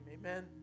amen